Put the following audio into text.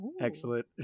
Excellent